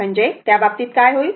म्हणजे त्या बाबतीत काय होईल